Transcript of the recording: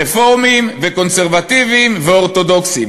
רפורמים וקונסרבטיבים ואורתודוקסים.